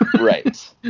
Right